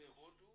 הודו